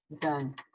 done